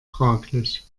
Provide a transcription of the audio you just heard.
fraglich